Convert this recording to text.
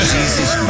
Jesus